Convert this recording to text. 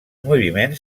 moviments